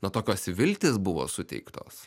na tokios viltys buvo suteiktos